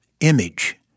image